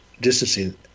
distancing